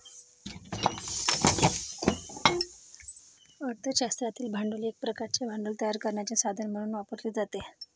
अर्थ शास्त्रातील भांडवल एक प्रकारचे भांडवल तयार करण्याचे साधन म्हणून वापरले जाते